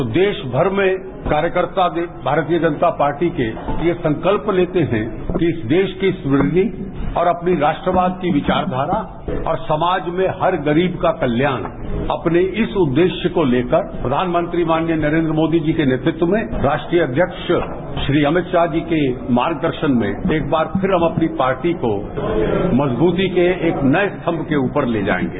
तो देराभर में कार्यकर्ता भी भारतीय जनता पार्टी के ये संकल्प लेते हैं कि इस देरा की समृद्दी और अपने राष्ट्रवाद की विचारधारा और समाज में हर गरीब का कल्याण अपने इस उद्देश्य को लेकर प्रधानमंत्री माननीय नरेन्द्र मोदी जी के नेतृत्व में राष्ट्रीय अध्यक्ष श्री अमित शाह जी के मार्गदर्शन में एक बार फिर हम अपनी पार्टी को मजबूती के एक नये स्तभ के ऊपर ले जायेंगे